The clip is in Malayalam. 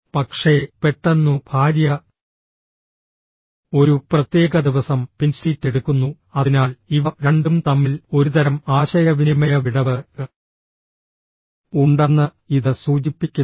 പക്ഷേ പെട്ടെന്നു ഭാര്യ ഒരു പ്രത്യേക ദിവസം പിൻസീറ്റ് എടുക്കുന്നു അതിനാൽ ഇവ രണ്ടും തമ്മിൽ ഒരുതരം ആശയവിനിമയ വിടവ് ഉണ്ടെന്ന് ഇത് സൂചിപ്പിക്കുന്നു